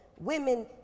women